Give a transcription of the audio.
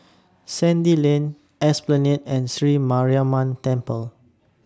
Sandy Lane Esplanade and Sri Mariamman Temple